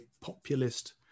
populist